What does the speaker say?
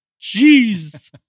Jeez